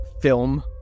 film